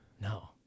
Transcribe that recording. No